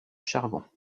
charbon